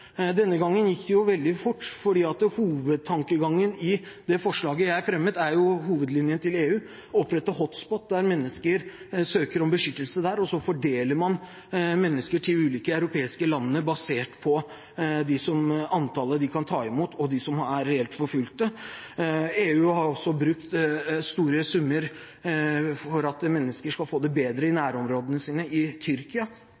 Denne gangen gikk det veldig fort, for hovedtankegangen i det forslaget jeg fremmet, er hovedlinjen til EU: å opprette «hotspots» der mennesker søker om beskyttelse, og så fordeler man mennesker til de ulike europeiske landene basert på antallet de kan ta imot, og hvem som er reelt forfulgt. EU har også brukt store summer for at mennesker skal få det bedre i nærområdene sine, i bl.a. Tyrkia,